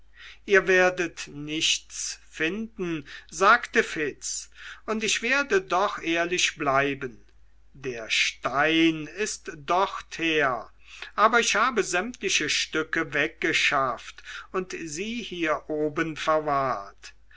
ihr werdet nichts finden sagte fitz und ich werde doch ehrlich bleiben der stein ist dorther aber ich habe sämtliche stücke weggeschafft und sie hier oben verwahrt